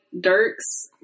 Dirk's